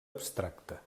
abstracta